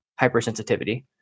hypersensitivity